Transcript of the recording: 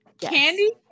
candy